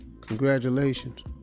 Congratulations